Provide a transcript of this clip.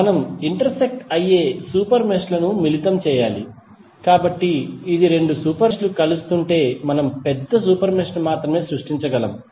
మనం ఇంటర్సెక్ట్ అయ్యే super mesh లను మిళితం చేయాలి కాబట్టి ఇది రెండు సూపర్ మెష్ లు కలుస్తుంటే మనం పెద్ద సూపర్ మెష్ ను మాత్రమే సృష్టించగలము